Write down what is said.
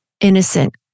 innocent